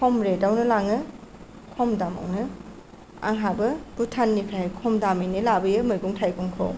खम रेदावनो लाङो खम दामावनो आंहाबो भुटाननिफ्राय खम दामैनो लाबोयो मैगं थाइगंखौ